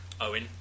Owen